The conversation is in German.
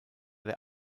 der